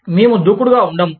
మేము దూకుడుగా వుండము